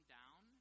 down